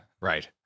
Right